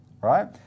right